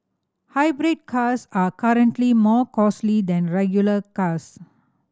hybrid cars are currently more costly than regular cars